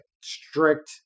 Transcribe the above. strict